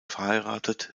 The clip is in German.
verheiratet